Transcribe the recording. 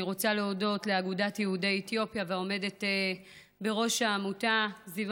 אני רוצה להודות לאגודת יהודי אתיופיה ולעומדת בראש העמותה זיוה